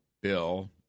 bill